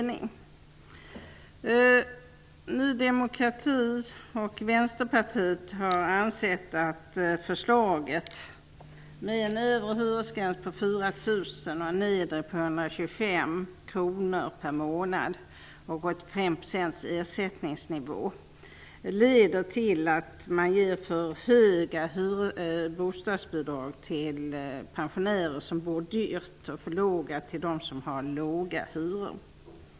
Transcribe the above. Ny demokrati och Vänsterpartiet har ansett att förslaget till en övre hyresgräns på 4 000 kr och en nedre på 125 kr per månad och 85 % ersättningsnivå leder till att man ger för höga bostadsbidrag till pensionärer som bor dyrt och för låga till dem som har låga hyror.